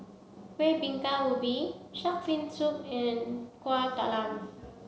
Kueh Bingka Ubi Shark's Fin soup and Kueh Talam